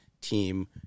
team